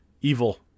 evil